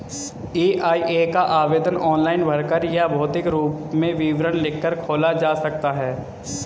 EIA का आवेदन online भरकर या भौतिक रूप में विवरण लिखकर खोला जा सकता है